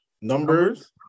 numbers